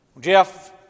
Jeff